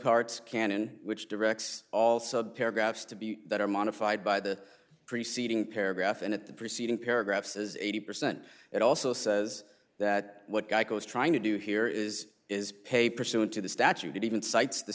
parts canon which directs also a paragraph to be that or modified by the preceding paragraph and at the preceding paragraph says eighty percent it also says that what geico is trying to do here is is pay pursuant to the statute even cites the